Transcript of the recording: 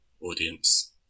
audience